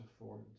afford